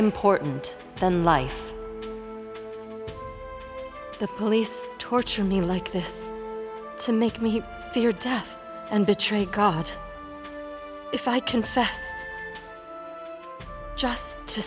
important than life the police torture me like this to make me fear death and betray god if i confess just to